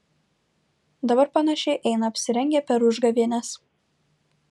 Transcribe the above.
dabar panašiai eina apsirengę per užgavėnes